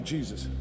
Jesus